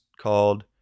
called